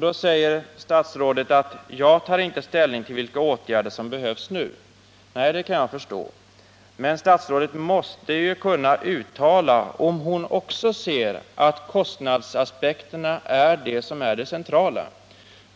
Då säger statsrådet: Jag tar inte ställning till vilka åtgärder som behövs nu. Nej, det kan jag förstå, men statsrådet måste ju kunna uttala om hon också anser att kostnadsaspekterna är det som är det centrala,